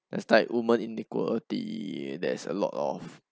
that's like women inequality there's a lot of